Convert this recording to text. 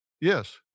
yes